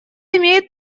имеет